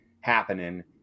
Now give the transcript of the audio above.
happening